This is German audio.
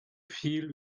viel